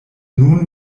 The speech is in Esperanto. nun